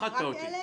רק אלה?